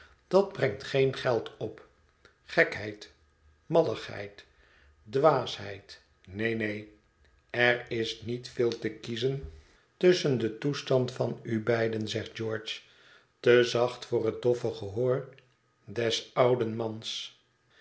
dat brengt geen geld op gekheid malligheid dwaasheid neen neen i er is niet veel te kiezen tusschen den toehet verlaten huis stand van u beiden zegt george te zacht voor het doffe gehoor des ouden mans